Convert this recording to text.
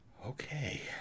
Okay